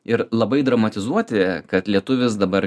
ir labai dramatizuoti kad lietuvis dabar